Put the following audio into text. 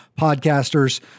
podcasters